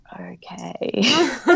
okay